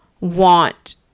want